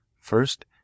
first